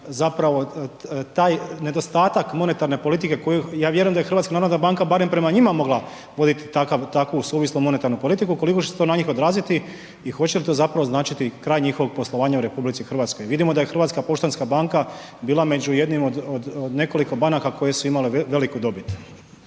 odraziti taj nedostatak monetarne politike koju ja vjerujem da je HNB barem prema njima mogla voditi takvu suvislu monetarnu politiku, koliko će se to na njih odraziti i hoće li to značiti kraj njihovog poslovanja u RH? Vidimo da je HPB bila među jednim od nekoliko banaka koje su imale veliku dobit.